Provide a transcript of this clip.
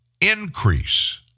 increase